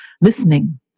listening